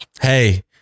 Hey